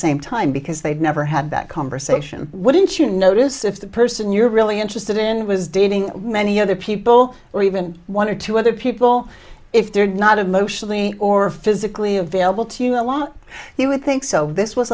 same time because they'd never had that conversation wouldn't you notice if the person you're really interested in was dating many other people or even one or two other people if they're not emotionally or physically available to you a lot he would think so this was